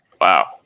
Wow